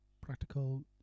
practical